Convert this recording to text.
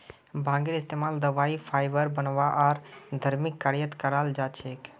भांगेर इस्तमाल दवाई फाइबर बनव्वा आर धर्मिक कार्यत कराल जा छेक